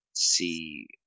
see